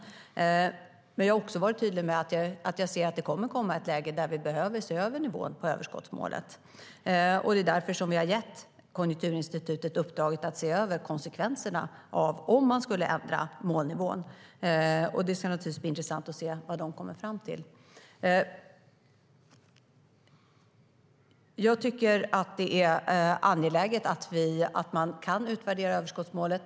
Men jag har också varit tydlig med att jag ser att det kommer att komma ett läge där vi behöver se över nivån på överskottsmålet. Jag tycker att det är angeläget att utvärdera överskottsmålet.